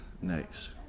next